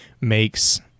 makes